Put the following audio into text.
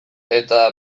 eta